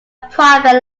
private